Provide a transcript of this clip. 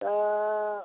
दा